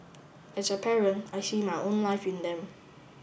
as a parent I see my own life in them